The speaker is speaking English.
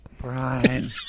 Brian